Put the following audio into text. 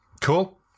cool